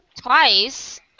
Twice